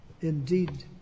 indeed